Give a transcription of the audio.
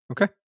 Okay